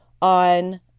on